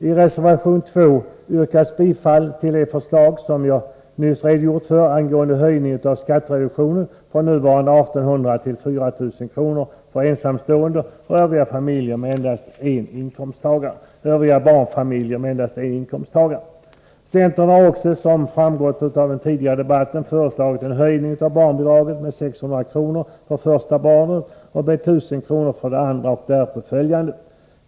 I reservation 2 yrkas bifall till det förslag som jag nyss redogjort för angående höjning av skattereduktionen från nuvarande 1 800 kr. till 4 000 kr. för ensamstående och övriga barnfamiljer med endast en inkomsttagare. Centern har också, såsom framgått av den tidigare debatten, föreslagit en höjning av barnbidragen med 600 kr. för det första barnet och med 1 000 kr. för det andra och därpå följande.